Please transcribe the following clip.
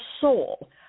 soul